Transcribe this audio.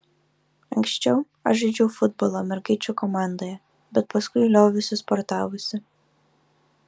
anksčiau aš žaidžiau futbolą mergaičių komandoje bet paskui lioviausi sportavusi